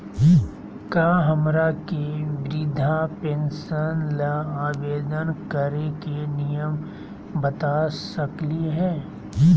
का हमरा के वृद्धा पेंसन ल आवेदन करे के नियम बता सकली हई?